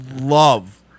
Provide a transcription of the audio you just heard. love